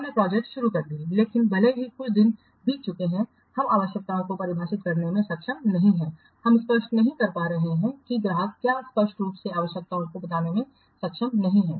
हमने प्रोजेक्ट शुरू कर दी है लेकिन भले ही कुछ दिन बीत चुके हों हम आवश्यकताओं को परिभाषित करने में सक्षम नहीं हैं हम स्पष्ट नहीं कर पा रहे हैं कि ग्राहक क्या स्पष्ट रूप से आवश्यकताओं को बताने में सक्षम नहीं है